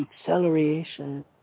acceleration